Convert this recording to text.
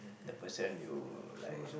the person you like